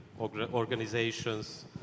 organizations